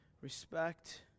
respect